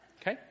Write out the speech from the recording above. Okay